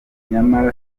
nyamara